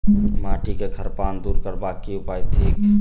माटि केँ खड़ापन दूर करबाक की उपाय थिक?